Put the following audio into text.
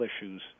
issues